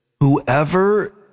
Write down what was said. whoever